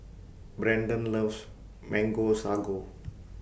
Brendan loves Mango Sago